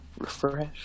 refresh